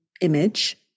image